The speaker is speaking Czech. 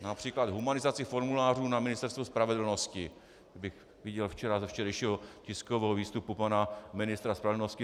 Například humanizaci formulářů na Ministerstvu spravedlnosti, bych viděl včera ze včerejšího tiskového výstupu pana ministra spravedlnosti.